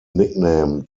nickname